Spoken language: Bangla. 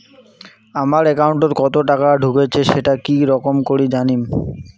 আমার একাউন্টে কতো টাকা ঢুকেছে সেটা কি রকম করি জানিম?